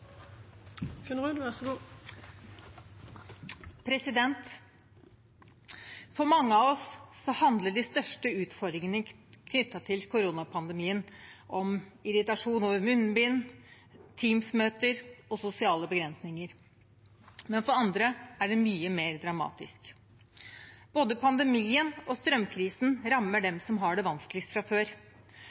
For mange av oss handler de største utfordringene knyttet til koronapandemien om irritasjon over munnbind, Teams-møter og sosiale begrensninger, men for andre er det mye mer dramatisk. Både pandemien og strømkrisen rammer dem som har det vanskeligst fra før.